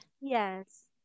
Yes